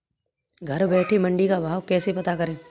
घर बैठे मंडी का भाव कैसे पता करें?